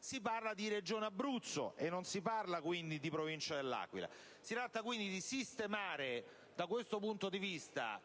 si parla di Regione Abruzzo e non si parla quindi di Provincia dell'Aquila. Si tratta, pertanto, di sistemare da questo punto di vista